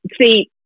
see